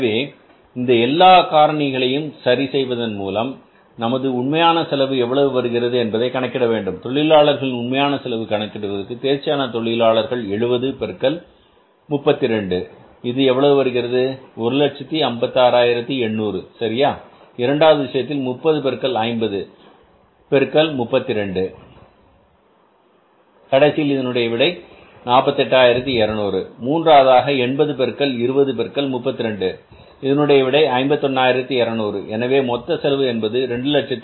எனவே இந்த எல்லா காரணிகளையும் சரி செய்வதன் மூலம் நமது உண்மையான செலவு எவ்வளவு வருகிறது என்பதை கணக்கிட வேண்டும் தொழிலாளர்களின் உண்மையான செலவு கணக்கிடுவதற்கு தேர்ச்சியான தொழிலாளர்கள் 70 பெருக்கல் 32 இது எவ்வளவு வருகிறது 156800 சரியா இரண்டாவது விஷயத்தில் 30 பெருக்கல் 50 பெருக்கல் 32 கடைசியில் இதனுடைய விடை 48200 மூன்றாவதாக 80 பெருக்கல் 20 பெருக்கல் 32 இதனுடைய விடை 51200 எனவே மொத்த செலவு என்பது 256000